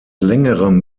längerem